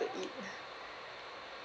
to eat